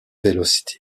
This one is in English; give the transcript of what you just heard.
velocity